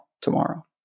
tomorrow